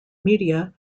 media